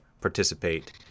participate